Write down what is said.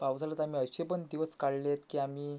पावसाळ्यात आम्ही असे पण दिवस काढले आहेत की आम्ही